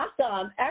Awesome